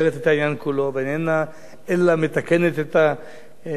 אלא מתקנת את השוליים שלו,